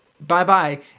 Bye-bye